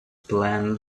plan